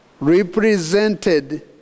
represented